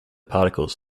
particles